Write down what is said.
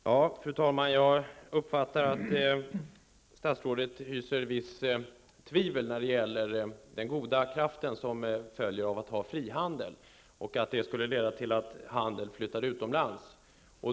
Fru talman! Jag uppfattar att statsrådet hyser vissa tvivel när det gäller den goda kraft som följer av att ha frihandel. Det skulle leda till att handeln flyttar utomlands.